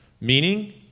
Meaning